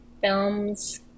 films